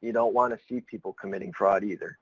you don't want to see people committing fraud either.